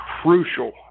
crucial